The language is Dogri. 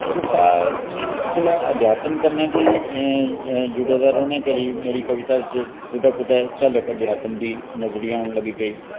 और फार मी थोह्ड़ा अध्यातम कन्नै बी जुड़े दे रौह्ने करी मेरी कविता च कुतै कुतै झलक अध्यातम दी नजरी औन लगी पेई